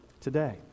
today